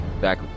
back